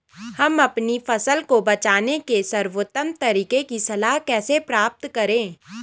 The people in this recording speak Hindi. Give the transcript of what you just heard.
हम अपनी फसल को बचाने के सर्वोत्तम तरीके की सलाह कैसे प्राप्त करें?